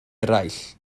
eraill